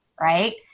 right